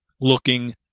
looking